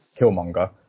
Killmonger